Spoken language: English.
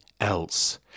else